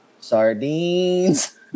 sardines